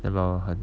ya lor 很